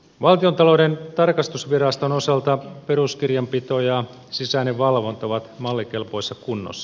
valtiontalouden tarkastusviraston osalta peruskirjanpito ja sisäinen valvonta ovat mallikelpoisessa kunnossa